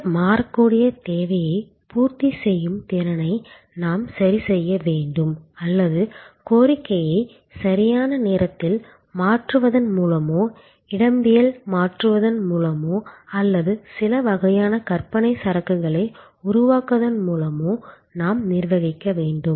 இந்த மாறக்கூடிய தேவையைப் பூர்த்தி செய்யும் திறனை நாம் சரிசெய்ய வேண்டும் அல்லது கோரிக்கையை சரியான நேரத்தில் மாற்றுவதன் மூலமோ இடம்யில் மாற்றுவதன் மூலமோ அல்லது சில வகையான கற்பனை சரக்குகளை உருவாக்குவதன் மூலமோ நாம் நிர்வகிக்க வேண்டும்